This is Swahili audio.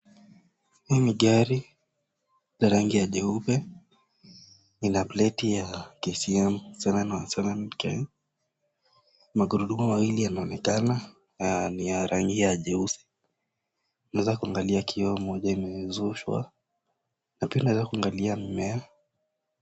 Hii ni gari la rangi ya jeupe ina plati ya KCM 707K magurudumu mawili yanaonekana na ni ya rangi ya jeusi. Unaweza kuangalia kioo moja imezushwa na pia unaweza kuangalia mimea.